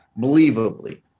believably